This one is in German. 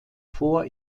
vor